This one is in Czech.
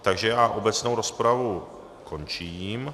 Takže já obecnou rozpravu končím.